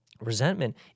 Resentment